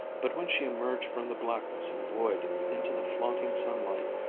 but when she emerged from the blackness and void, into the flaunting sunlight,